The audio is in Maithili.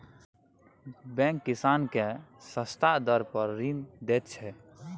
बैंक किसान केँ सस्ता दर पर ऋण दैत छै